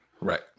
Right